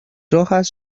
hojas